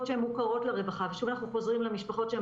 משפחות שהן מוכרות לרווחה ושוב אנחנו חוזרים למשפחות שהן